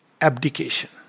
abdication